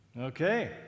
Okay